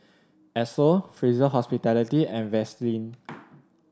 Esso Fraser Hospitality and Vaseline